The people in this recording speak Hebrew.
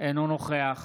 אינו נוכח